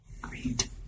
Great